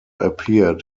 appeared